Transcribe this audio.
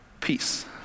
peace